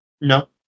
No